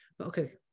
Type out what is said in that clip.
okay